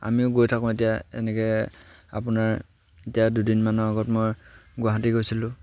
আমিও গৈ থাকোঁ এতিয়া এনেকৈ আপোনাৰ এতিয়া দুদিনমানৰ আগত মই গুৱাহাটী গৈছিলোঁ